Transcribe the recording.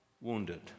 wounded